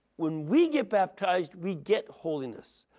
when we get baptized we get holiness.